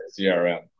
CRM